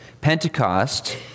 Pentecost